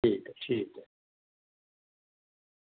ठीक ऐ ठीक ऐ